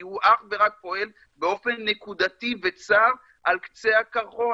כי הוא אך ורק פועל באופן נקודתי וצר על קצה הקרחון.